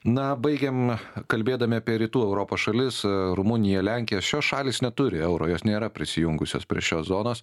na baigėm kalbėdami apie rytų europos šalis rumuniją lenkiją šios šalys neturi euro jos nėra prisijungusios prie šios zonos